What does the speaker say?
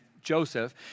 Joseph